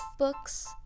Books